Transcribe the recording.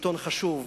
עיתון חשוב,